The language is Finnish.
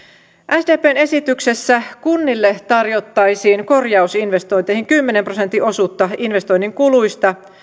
sdpn esityksessä kunnille tarjottaisiin korjausinvestointeihin kymmenen prosentin osuutta investoinnin kuluista